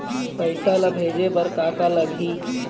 पैसा ला भेजे बार का का लगही?